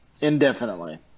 indefinitely